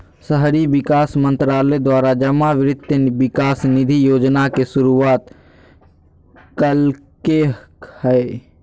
शहरी विकास मंत्रालय द्वारा जमा वित्त विकास निधि योजना के शुरुआत कल्कैय हइ